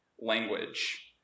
language